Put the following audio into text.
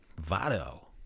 Vado